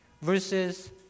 versus